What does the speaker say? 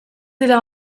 dira